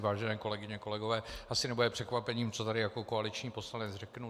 Vážené kolegyně, kolegové, asi nebude překvapením, co tady jako koaliční poslanec řeknu.